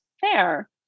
fair